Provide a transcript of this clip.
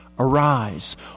Arise